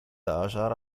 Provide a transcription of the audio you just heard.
عشر